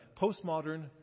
postmodern